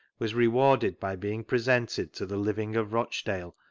was rewarded by being presented to the living of rochdale,